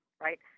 right